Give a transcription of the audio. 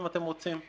אם אתם רוצים,